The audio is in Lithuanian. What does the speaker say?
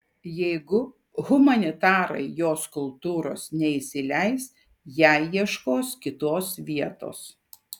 jeigu humanitarai jo skulptūros neįsileis jai ieškos kitos vietos